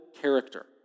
character